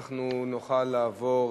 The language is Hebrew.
אנחנו נוכל לעבור,